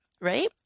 right